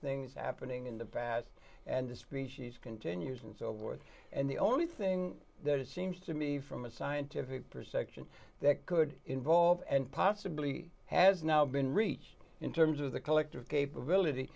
things happening in the past and the species continues and so forth and the only thing that it seems to me from a scientific perception that could involve and possibly has now been reached in terms of the collective capability